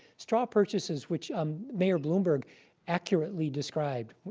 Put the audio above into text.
straw purchases, which um mayor bloomberg accurately described,